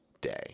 day